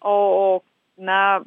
o o na